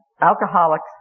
alcoholics